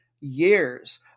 years